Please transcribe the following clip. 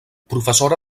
professora